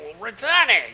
returning